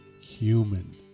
human